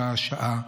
שעה-שעה,